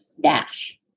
dash